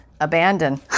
abandon